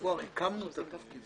בפברואר הקמנו את התפקיד.